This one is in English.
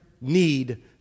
need